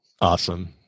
Awesome